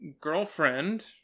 girlfriend